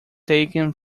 taken